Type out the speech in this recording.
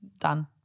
done